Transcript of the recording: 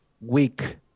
weak